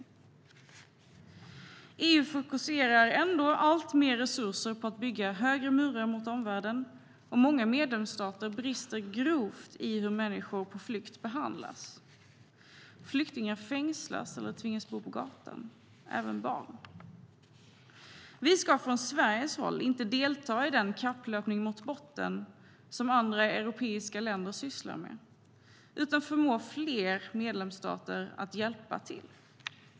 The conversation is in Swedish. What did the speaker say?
EU fokuserar ändå alltmer resurser på att bygga högre murar mot omvärlden, och många medlemsstater brister grovt i hur människor på flykt behandlas. Flyktingar fängslas eller tvingas bo på gatan - även barn. Vi ska från Sveriges håll inte delta i den kapplöpning mot botten som andra europeiska länder sysslar med utan förmå fler medlemsstater att hjälpa till.